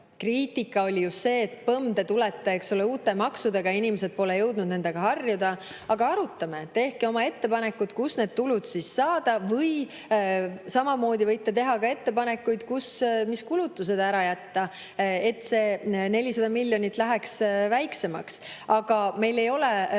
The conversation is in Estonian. Kriitika oli just see, et põmm! te tulete uute maksudega, inimesed pole jõudnud nendega harjuda. Aga arutame! Tehke oma ettepanekud, kust tulu saada. Samamoodi võite teha ettepanekuid, mis kulutused [tuleks] ära jätta, et see 400 miljonit läheks väiksemaks. Aga meil ei ole rohkem